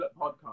podcast